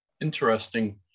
Interesting